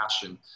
passion